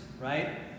right